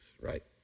right